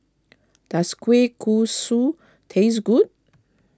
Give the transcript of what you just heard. does Kueh Kosui taste good